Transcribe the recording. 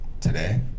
today